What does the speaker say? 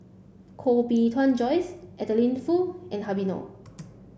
Koh Bee Tuan Joyce Adeline Foo and Habib Noh